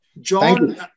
John